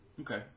Okay